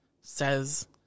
says